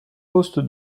poste